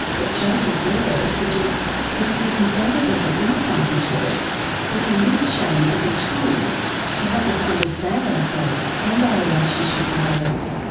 but joseph burgo suggests that if we can gain a better insight into it we can use shame as a tool to help us understand ourselves and our relationships with others